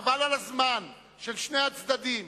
חבל על הזמן של שני הצדדים.